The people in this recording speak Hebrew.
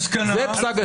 א', זה לא נאמר,